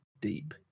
deep